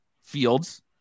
Fields